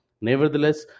Nevertheless